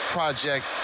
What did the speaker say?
Project